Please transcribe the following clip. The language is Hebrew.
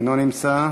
אינו נמצא.